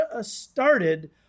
started